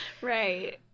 Right